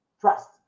trust